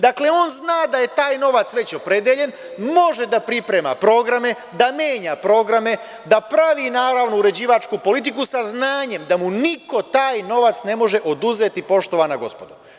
Dakle, on zna da je taj novac već opredeljen, može da priprema programe, da menja programe, da pravi naravno uređivačku politiku sa znanjem da mu niko taj novac ne može oduzeti, poštovana gospodo.